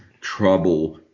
trouble